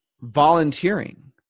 Volunteering